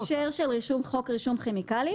אז בהקשר של חוק רישום כימיקלים,